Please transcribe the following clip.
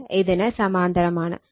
ഇത് ഇതിന് സമാന്തരമാണ്